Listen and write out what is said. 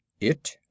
It